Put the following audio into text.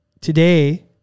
Today